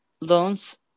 loans